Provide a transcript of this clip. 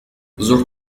زرت